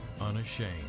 Unashamed